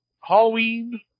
Halloween